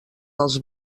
dels